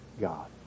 God